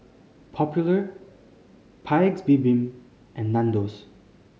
Popular Paik's Bibim and Nandos